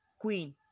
Queen